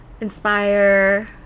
inspire